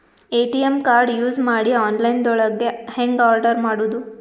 ATM card use ಮಾಡಿ online ದೊಳಗೆ ಹೆಂಗ್ ಆರ್ಡರ್ ಮಾಡುದು?